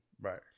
Right